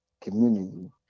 community